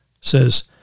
says